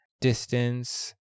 distance